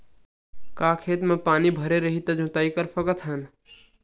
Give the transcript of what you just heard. का खेत म पानी भरे रही त जोताई कर सकत हन?